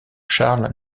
charles